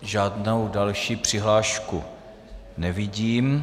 Žádnou další přihlášku nevidím.